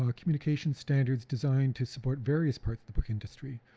ah communication standards designed to support various parts of the book industry.